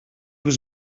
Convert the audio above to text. was